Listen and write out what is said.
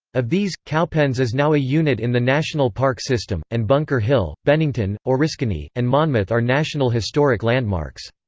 of these, cowpens is now a unit in the national park system, and bunker hill, bennington, oriskany, and monmouth are national historic landmarks.